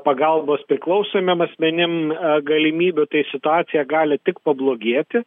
pagalbos priklausomiem asmenim galimybių tai situacija gali tik pablogėti